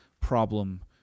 problem